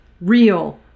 real